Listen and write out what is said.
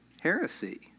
heresy